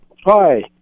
Hi